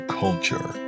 culture